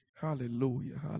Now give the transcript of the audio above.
hallelujah